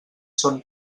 són